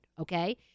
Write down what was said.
okay